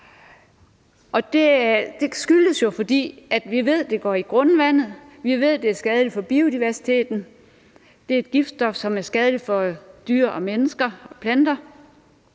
Det skyldes jo, at vi ved, at det går i grundvandet. Vi ved, at det er skadeligt for biodiversiteten. Det er et giftstof, som er skadeligt for dyr, mennesker og planter,